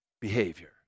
behavior